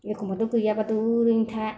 एखम्बाथ' गैयाबाथ' ओरैनो था